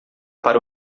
para